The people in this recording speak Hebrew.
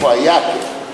איפה היה הכסף.